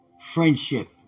friendship